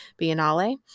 Biennale